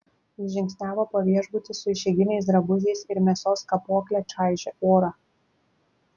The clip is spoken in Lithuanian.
jis žingsniavo po viešbutį su išeiginiais drabužiais ir mėsos kapokle čaižė orą